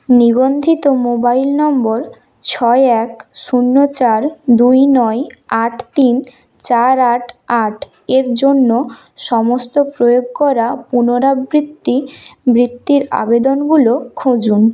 নিবন্ধিত মোবাইল নম্বর ছয় এক শূন্য চার দুই নয় আট তিন চার আট আট এর জন্য সমস্ত প্রয়োগ করা পুনরাবৃত্তি বৃত্তির আবেদনগুলো খুঁজুন